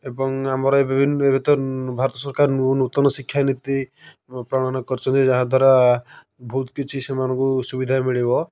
ଏବଂ ଆମର ବିଭିନ ଏବେ ତ ଭାରତ ସରକାର ନୂତନ ଶିକ୍ଷା ନୀତି ପ୍ରଣୟନ କରିଛନ୍ତି ଯାହାଦ୍ଵାରା ବହୁତ କିଛି ସେମାନଙ୍କୁ ସୁବିଧା ମିଳିବ